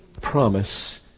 Promise